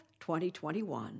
2021